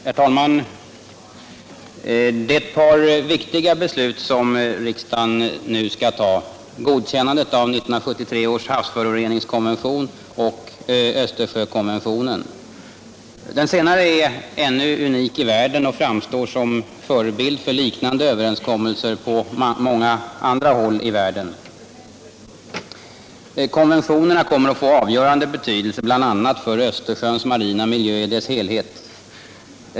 Herr talman! Det är ett par viktiga beslut som riksdagen nu skall fatta — godkännande av 1973 års havsföroreningskonvention och Östersjökonventionen. Den senare är ännu unik i världen och framstår som förebild för liknande överenskommelser på många andra håll. Konventionerna kommer att få avgörande betydelse, bl.a. för Östersjöns marina miljö i dess helhet.